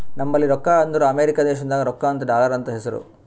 ನಂಬಲ್ಲಿ ರೊಕ್ಕಾ ಅಂದುರ್ ಅಮೆರಿಕಾ ದೇಶನಾಗ್ ರೊಕ್ಕಾಗ ಡಾಲರ್ ಅಂತ್ ಹೆಸ್ರು